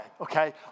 Okay